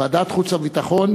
ועדת החוץ והביטחון,